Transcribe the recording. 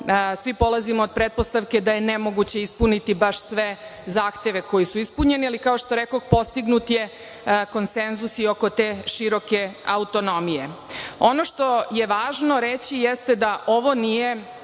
svi polazimo od pretpostavke da je nemoguće ispuniti baš sve zahteve koji su ispunjeni, ali kao što rekoh, ispunjen je konsenzus i oko te široke autonomije. Ono što je važno reći jeste da ovo nije